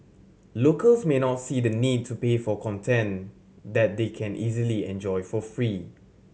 locals may not see the need to pay for content that they can easily enjoy for free